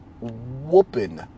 whooping